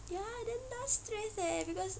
ya then now stress eh because